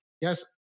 yes